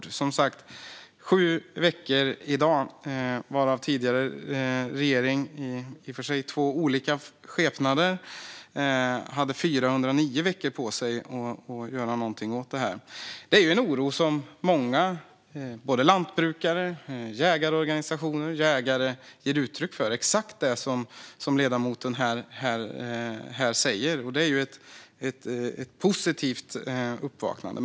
Det har som sagt gått 7 veckor i dag medan tidigare regering, i och för sig i två olika skepnader, hade 409 veckor på sig att göra något åt detta. Många, både lantbrukare, jägarorganisationer och jägare, ger uttryck för en oro, exakt som ledamoten säger, och det är ett positivt uppvaknande.